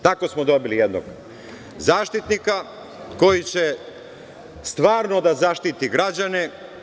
Tako smo dobili jednog Zaštitnika koji će stvarno da zaštiti građane.